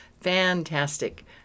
fantastic